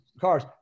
cars